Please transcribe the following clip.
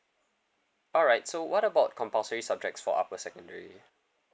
alright so what about compulsory subjects for upper secondary